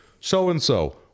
so-and-so